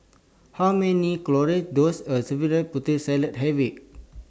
How Many Calories Does A Serving of Putri Salad Have IT